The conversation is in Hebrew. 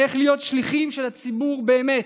איך להיות שליחים של הציבור באמת,